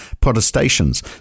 protestations